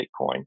Bitcoin